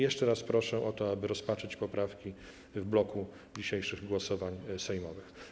Jeszcze raz proszę o to, aby rozpatrzyć poprawki w bloku dzisiejszych głosowań sejmowych.